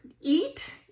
eat